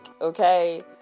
okay